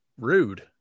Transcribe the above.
rude